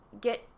get